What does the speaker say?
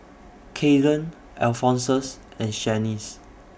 Kaden Alphonsus and Shanice